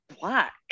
black